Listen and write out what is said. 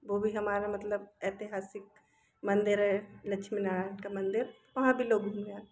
वो भी हमारा मतलब ऐतिहासिक मंदिर है लक्ष्मी नारायण का मंदिर वहाँ भी लोग घूमने